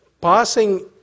passing